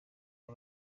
aba